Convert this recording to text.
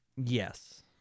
Yes